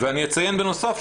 ואני אציין בנוסף,